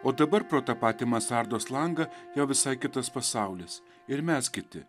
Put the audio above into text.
o dabar pro tą patį mansardos langą jau visai kitas pasaulis ir mes kiti